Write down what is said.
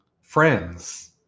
Friends